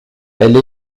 elle